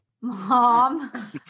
mom